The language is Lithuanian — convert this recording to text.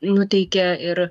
nuteikia ir